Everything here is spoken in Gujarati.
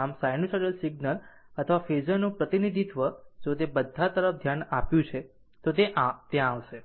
આમ સાઈનુસાઇડલ સિગ્નલ ફેઝરનું પ્રતિનિધિત્વ જો તે બધા તરફ ધ્યાન આપ્યું છે તે ત્યાં આવશે